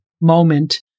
moment